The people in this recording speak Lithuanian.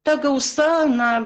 ta gausa na